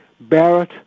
Barrett